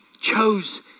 chose